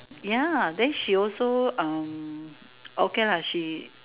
ya then she also um okay lah she